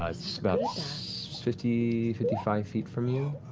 ah but fifty fifty five feet from you.